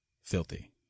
filthy